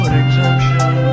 exemption